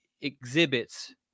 exhibits